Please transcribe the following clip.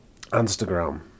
instagram